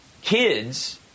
kids